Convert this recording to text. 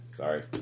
Sorry